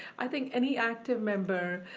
i think any active member,